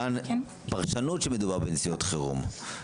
כאן יש פרשנות שמדובר בנסיעות חירום.